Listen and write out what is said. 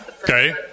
Okay